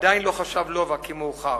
ועדיין לא חשב לובה כי מאוחר.